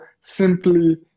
simply